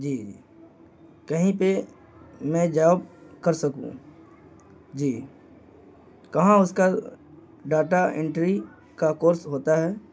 جی جی کہیں پہ میں جاب کر سکوں جی کہاں اس کا ڈاٹا انٹری کا کورس ہوتا ہے